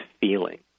feeling